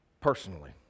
personally